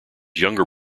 younger